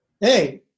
Hey